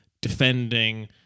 defending